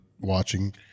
watching